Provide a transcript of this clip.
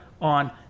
on